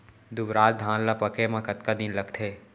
दुबराज धान ला पके मा कतका दिन लगथे?